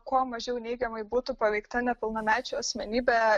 kuo mažiau neigiamai būtų paveikta nepilnamečio asmenybė